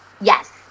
yes